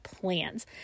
plans